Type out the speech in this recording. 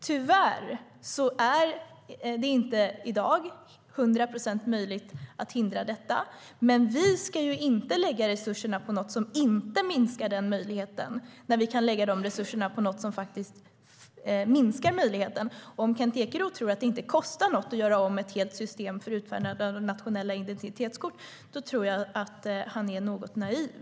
Tyvärr är det i dag inte hundra procent möjligt att hindra detta, men vi ska inte lägga resurserna på något som inte minskar den möjligheten när vi kan lägga dessa resurser på något som faktiskt minskar möjligheten. Om Kent Ekeroth tror att det inte kostar något att göra om ett helt system för utfärdande av nationella identitetskort tror jag att han är något naiv.